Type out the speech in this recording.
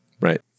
right